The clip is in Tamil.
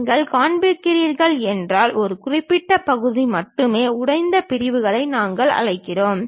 நீங்கள் காண்பிக்கிறீர்கள் என்றால் ஒரு குறிப்பிட்ட பகுதி மட்டுமே உடைந்த பிரிவுகளை நாங்கள் அழைக்கிறோம்